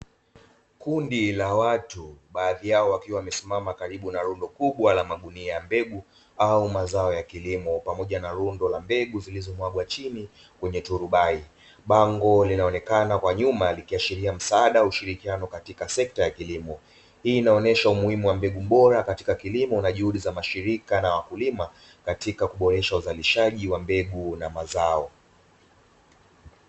Kundi la watu baadhi yao wakiwa wamesimama karibu na lundo kubwa la magunia ya mbegu au mazao ya kilimo pamoja na lundo la mbegu zilizomwagwa chini kwenye turubai, bango linaloonekana kwa nyuma likiashiria msaada wa ushirikiano katika sekta ya kilimo, hii inaonesha umuhimu wa mbegu bora katika kilimo na juhudi za mashirika na wakulima katika kuboresha uzalishaji wa mbegu na mazao.